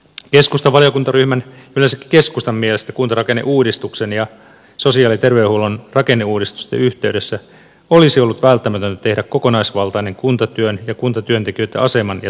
keskustan valiokuntaryhmän yleensäkin keskustan mielestä kuntarakenneuudistuksen ja sosiaali ja terveydenhuollon rakenneuudistusten yhteydessä olisi ollut välttämätöntä tehdä kokonaisvaltainen kuntatyön ja kuntatyöntekijöitten aseman ja tulevaisuuden arviointi